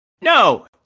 No